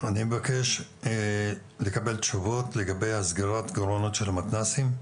אני מבקש לקבל תשובות לגבי סגירת הגירעונות של המתנ"סים,